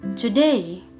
Today